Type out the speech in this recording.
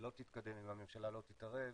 שלא תתקדם אם הממשלה לא תתערב,